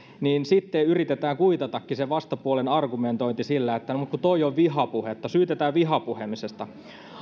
niin sitten yritetään kuitatakin se vastapuolen argumentointi sillä että no mutta kun tuo on vihapuhetta syytetään vihapuhumisesta